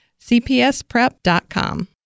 cpsprep.com